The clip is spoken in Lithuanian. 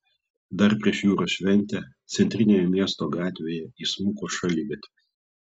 dar prieš jūros šventę centrinėje miesto gatvėje įsmuko šaligatvis